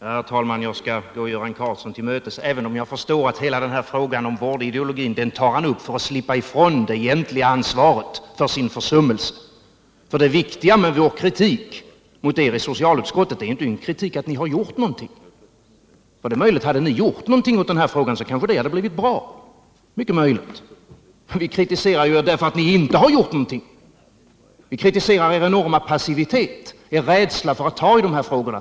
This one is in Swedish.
Herr talman! Jag skall gå Göran Karlsson till mötes, även om jag förstår att han tar upp hela den här frågan om vårdideologin bara för att slippa ifrån det egentliga ansvaret för sin försummelse. Vår kritik mot er i socialutskottet riktar sig inte mot någonting som ni gjort. Det är mycket möjligt att det hade blivit bra om ni gjort någonting i den här frågan. Vi kritiserar er i stället därför att ni inte har gjort någonting. Vi kritiserar er enorma passivitet, er rädsla för att ta itu med de här frågorna.